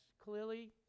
clearly